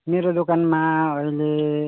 मेरो दोकानमा अहिले